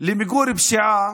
למיגור פשיעה